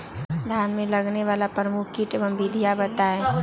धान में लगने वाले प्रमुख कीट एवं विधियां बताएं?